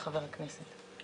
גם של חברי הכנסת,